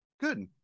Good